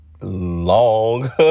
long